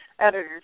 editors